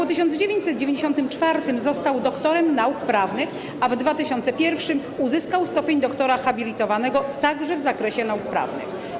W 1994 r. został doktorem nauk prawnych, a w 2001 r. uzyskał stopień doktora habilitowanego także w zakresie nauk prawnych.